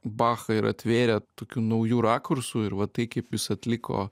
bachą ir atvėrė tokiu nauju rakursu ir va tai kaip jis atliko